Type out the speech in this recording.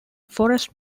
forest